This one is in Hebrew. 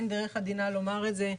אין דרך עדינה לומר את זה.